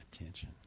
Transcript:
attention